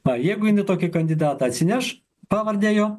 va jeigu jinai tokį kandidatą atsineš pavardę jo